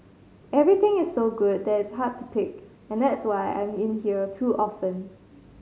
everything is so good that it's hard to pick and that's why I'm in here too often